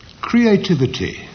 Creativity